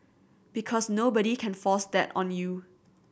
because nobody can force that on you